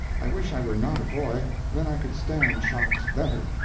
i wish i were not a boy then i could stand shocks better.